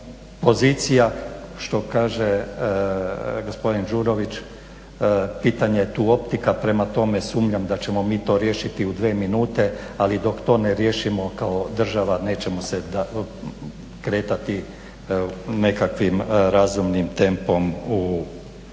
pozicija što kaže gospodin Đurović, pitanje tu optika, prema tome sumnjam da ćemo mi to riješiti u dvije minute, ali dok to ne riješimo kao država nećemo se kretati nekakvim razumnim tempom u svjetlu